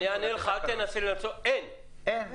אני אענה לך, אין בטוחות.